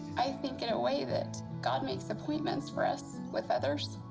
i think, in a way, that god makes appointments for us with others.